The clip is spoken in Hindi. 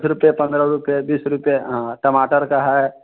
दस रूपए पंद्रह रूपए बीस रूपए टमाटर का है